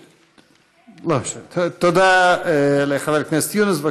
תודה לחבר הכנסת יונס.